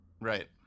right